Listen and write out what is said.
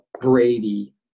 Brady